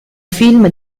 film